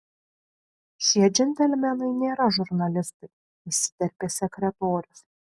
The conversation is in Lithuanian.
šie džentelmenai nėra žurnalistai įsiterpė sekretorius